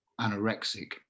anorexic